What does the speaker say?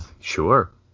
Sure